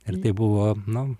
ir tai buvo nu